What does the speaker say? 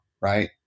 right